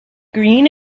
green